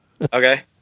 Okay